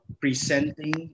presenting